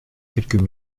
quelques